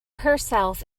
herself